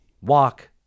walk